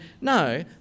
No